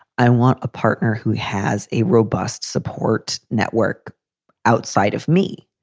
i want a partner who has a robust support network outside of me,